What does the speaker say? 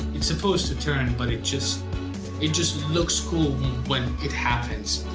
it's supposed to turn but it just it just looks cool when it happens.